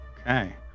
Okay